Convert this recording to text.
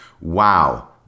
Wow